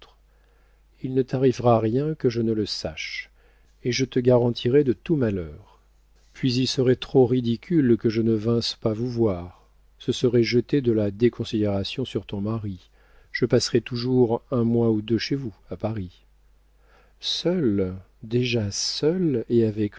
il ne t'arrivera rien que je ne le sache et je te garantirai de tout malheur puis il serait trop ridicule que je ne vinsse pas vous voir ce serait jeter de la déconsidération sur ton mari je passerai toujours un mois ou deux chez vous à paris seule déjà seule et avec